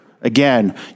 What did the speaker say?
Again